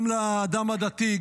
גם לאדם הדתי,